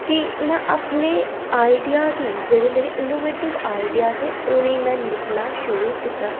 कि में अपने आइडिया गी जेह्ड़े मेरे इनोवेटिव आइडिया हे उ'नें गी में लिखना शुरू कीता